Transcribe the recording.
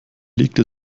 legte